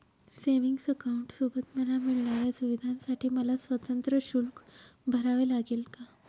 Savings अकाउंटसोबत मला मिळणाऱ्या सुविधांसाठी मला स्वतंत्र शुल्क भरावे लागेल का?